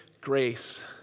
grace